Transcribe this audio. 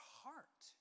heart